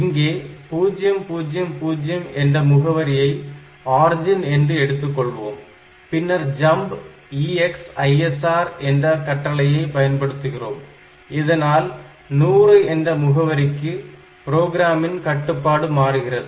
இங்கே 000 என்ற முகவரியை ஆர்ஜின் என்று எடுத்துக்கொள்வோம் பின்னர் ஜம்ப் EXISR என்ற கட்டளையை பயன்படுத்துகிறோம் இதனால் 100 என்ற முகவரிக்கு புரோகிராமின் கட்டுப்பாடு மாறுகிறது